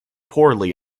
poorly